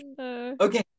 okay